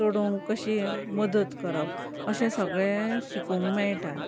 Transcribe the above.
चडोवंक कशी मदत करप अशें सगळें शिकूंक मेळटा